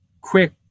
quick